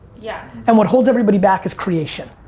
yeah and what hold everybody back is creation.